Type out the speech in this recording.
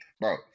bro